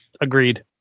Agreed